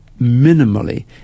minimally